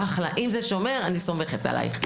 אם זה שומר, אני סומכת עלייך.